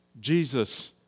Jesus